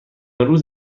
روز